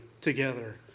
together